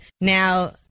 Now